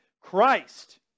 Christ